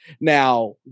Now